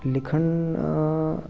ਲਿਖਣ